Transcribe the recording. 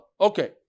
Okay